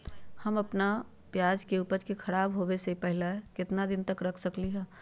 हम अपना प्याज के ऊपज के खराब होबे पहले कितना दिन तक रख सकीं ले?